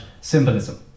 symbolism